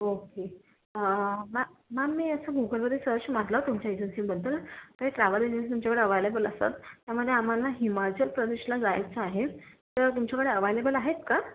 okay मॅ ma'am मी असं मोबाइलमध्ये सर्च मारलं तुमच्या एजन्सीबद्दल काही ट्रॅवल तुमच्याकडं अव्हेलेबल असतात त्यामध्ये आम्हाला हिमाचल प्रदेशला जायचं आहे तर तुमच्याकडे अव्हेलेबल आहेत का